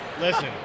Listen